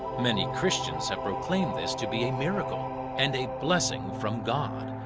many christians have proclaimed this to be a miracle and a blessing from god,